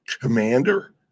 commander